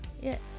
Yes